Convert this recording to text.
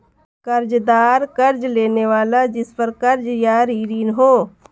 कर्ज़दार कर्ज़ लेने वाला जिसपर कर्ज़ या ऋण हो